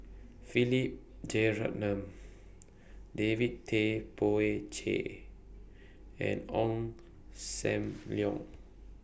Philip Jeyaretnam David Tay Poey Cher and Ong SAM Leong